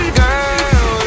girl